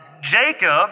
Jacob